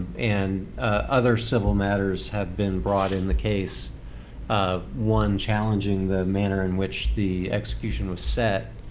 and other civil matters have been brought in the case um one challenging the manner in which the execution was set.